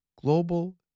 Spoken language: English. Global